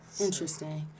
Interesting